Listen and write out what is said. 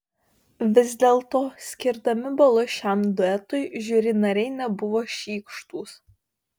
vis dėlto skirdami balus šiam duetui žiuri nariai nebuvo šykštūs